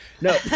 No